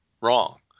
wrong